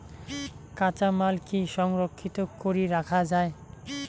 কাঁচামাল কি সংরক্ষিত করি রাখা যায়?